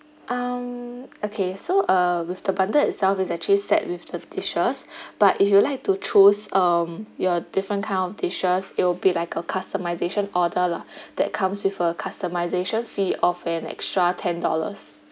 um okay so uh with the bundle itself is actually set with the dishes but if you would like to choose um your different kind of dishes it'll be like a customization order lah that comes with a customization fee of an extra ten dollars